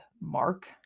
mark